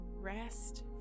rest